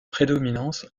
prédominance